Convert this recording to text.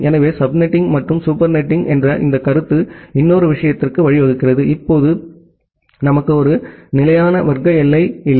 எனவே sub netting மற்றும் super netting என்ற இந்த கருத்து இன்னொரு விஷயத்திற்கு வழிவகுக்கிறது இப்போது நமக்கு ஒரு நிலையான வர்க்க எல்லை இல்லை